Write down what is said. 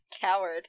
Coward